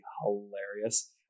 hilarious